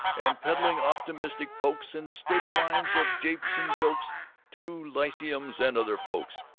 and peddling optimistic pokes and stable lines of japes and jokes to lyceums and other folks,